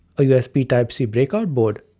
a usb type c breakout board,